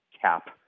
cap